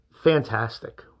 Fantastic